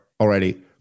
already